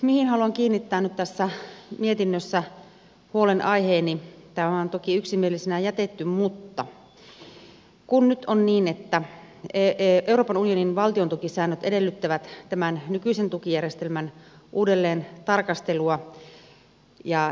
mutta haluan kiinnittää nyt tässä mietinnössä huolenaiheeni siihen vaikka tämä on toki yksimielisenä jätetty että nyt on niin että euroopan unionin valtiontukisäännöt edellyttävät tämän nykyisen tukijärjestelmän uudelleentarkastelua ja nyt uutta tukijärjestelmää